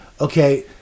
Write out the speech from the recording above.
Okay